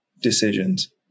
decisions